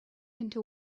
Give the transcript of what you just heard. into